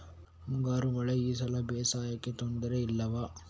ಮುಂಗಾರು ಮಳೆ ಈ ಸಲ ಬೇಸಾಯಕ್ಕೆ ತೊಂದರೆ ಇಲ್ವ?